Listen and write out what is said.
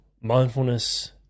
Mindfulness